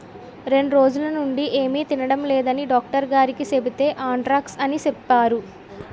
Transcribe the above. రెండ్రోజులనుండీ ఏమి తినడం లేదని డాక్టరుగారికి సెబితే ఆంత్రాక్స్ అని సెప్పేరు